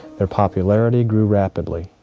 their popularity grew rapidly,